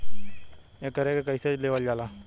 एकरके कईसे लेवल जाला?